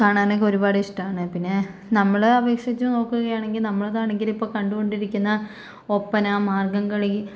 കാണാനൊക്കെ ഒരുപാട് ഇഷ്ടമാണ് പിന്നെ നമ്മളെ അപേക്ഷിച്ച് നോക്കുകയാണെങ്കിൽ നമ്മുടേതാണെങ്കിലും ഇപ്പോൾ കണ്ടുകൊണ്ടിരിക്കുന്ന ഒപ്പന മാർഗ്ഗംകളി